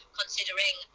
considering